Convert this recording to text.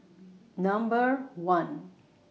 Number one